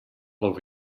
over